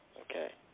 okay